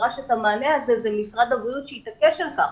הבריאות דרש את המענה הזה והתעקש על כך.